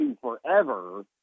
forever